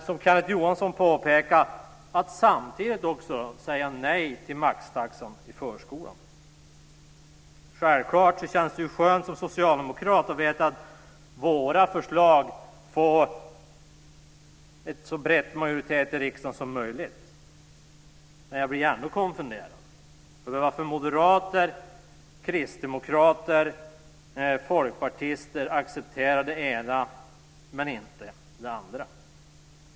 Som Kenneth Johansson påpekade säger de samtidigt nej till maxtaxan i förskolan. Självklart känns det skönt som socialdemokrat att veta att våra förslag får en så bred majoritet i riksdagen som möjligt. Men jag blir ändå konfunderad över varför moderater, kristdemokrater och folkpartister accepterar det ena men inte det andra.